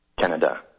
Canada